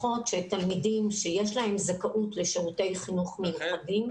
התמיכות לתלמידים שיש להם זכאות לשירותי חינוך מיוחדים.